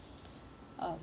um